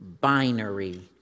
binary